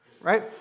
right